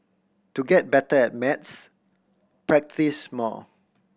to get better at maths practise more